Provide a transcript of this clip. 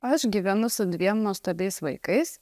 aš gyvenu su dviem nuostabiais vaikais